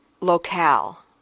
locale